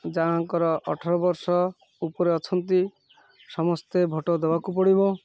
ଯାହାଙ୍କର ଅଠର ବର୍ଷ ଉପରେ ଅଛନ୍ତି ସମସ୍ତେ ଭୋଟ୍ ଦେବାକୁ ପଡ଼ିବ